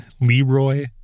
Leroy